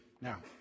Now